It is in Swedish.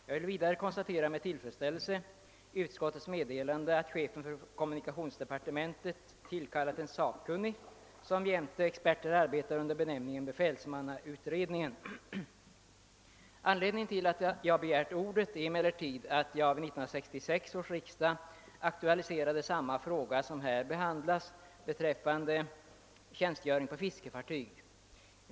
Jag konstaterar vidare med tillfredsställelse utskottets meddelande att chefen för kommunikationsdepartementet tillkallat en sakkunnig, som jämte experter arbetar under benämningen befälsbemanningsutredningen. Anledningen till att jag begärt ordet är emellertid att jag vid 1966 års riksdag aktualiserade samma fråga som här behandlas beträffande tjänstgöring på fiskefartyg.